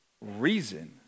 reason